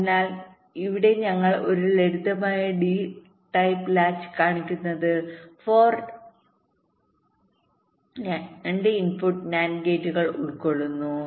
അതിനാൽ ഇവിടെ ഞങ്ങൾ ഒരു ലളിതമായ ഡി ടൈപ്പ് ലാച്ച് കാണിക്കുന്നത് 4 രണ്ട് ഇൻപുട്ട് NAND ഗേറ്റുകൾ ഉൾക്കൊള്ളുന്നു